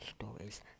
stories